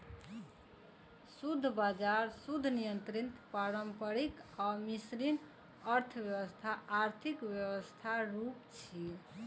शुद्ध बाजार, शुद्ध नियंत्रित, पारंपरिक आ मिश्रित अर्थव्यवस्था आर्थिक व्यवस्थाक रूप छियै